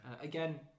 again